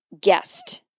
guest